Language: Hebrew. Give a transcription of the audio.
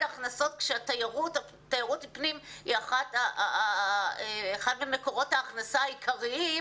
הכנסות התיירות כשתיירות פנים היא אחד ממקורות ההכנסה המרכזיים,